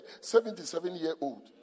77-year-old